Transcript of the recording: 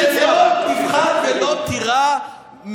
שלא תפחד ולא תירא,